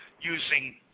using